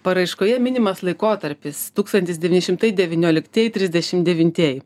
paraiškoje minimas laikotarpis tūkstantis devyni šimtai devynioliktieji trisdešim devintieji